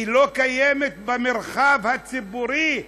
היא לא קיימת במרחב הציבורי,